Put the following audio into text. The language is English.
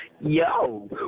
Yo